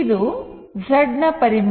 ಇದು Z ನ ಪರಿಮಾಣ